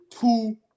two